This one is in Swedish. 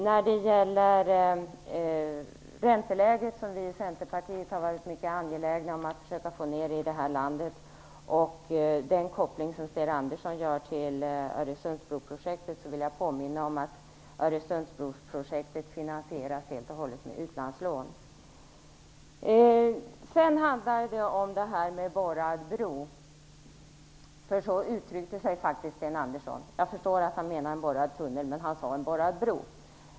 När det gäller ränteläget som vi i Centerpartiet har varit mycket angelägna om att försöka få ned i det här landet och den koppling som Sten Andersson gör till Öresundsbroprojektet, vill jag påminna om att Öresundsbroprojektet helt och hållet finansieras med utlandslån. Sten Andersson talade om den borrade bron. Han uttryckte sig faktiskt på det sättet. Jag förstår att han menade en borrad tunnel, men han sade en borrad bro.